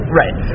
right